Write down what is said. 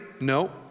No